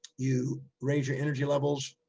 you raise your energy levels.